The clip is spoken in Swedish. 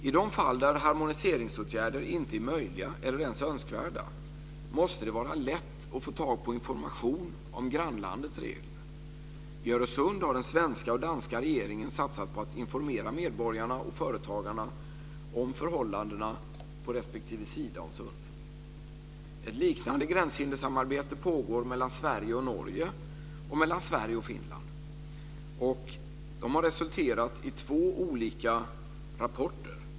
I de fall där harmoniseringsåtgärder inte är möjliga eller ens önskvärda måste det vara lätt att få tag på information om grannlandets regler. I Öresundsområdet har den svenska och danska regeringen satsat på att informera medborgarna och företagarna om förhållandena på respektive sida om sundet. Ett liknande gränshinderssamarbete pågår mellan De har resulterat i två olika rapporter.